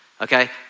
okay